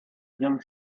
young